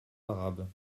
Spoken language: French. arabes